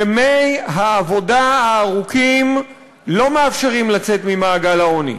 ימי העבודה הארוכים לא מאפשרים לצאת ממעגל העוני,